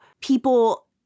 people